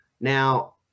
Now